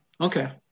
Okay